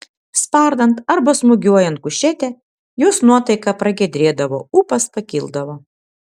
spardant arba smūgiuojant kušetę jos nuotaika pragiedrėdavo ūpas pakildavo